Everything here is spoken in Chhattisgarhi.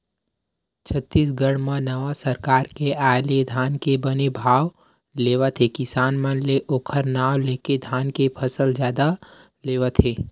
छत्तीसगढ़ म नवा सरकार के आय ले धान के बने भाव लेवत हे किसान मन ले ओखर नांव लेके धान के फसल जादा लेवत हे